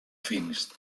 finished